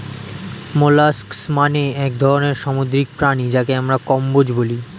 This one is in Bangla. মোলাস্কস মানে এক ধরনের সামুদ্রিক প্রাণী যাকে আমরা কম্বোজ বলি